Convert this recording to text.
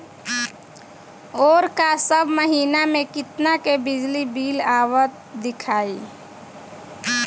ओर का सब महीना में कितना के बिजली बिल आवत दिखाई